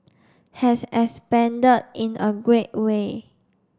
has expanded in a great way